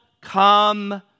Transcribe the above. come